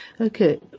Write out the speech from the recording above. okay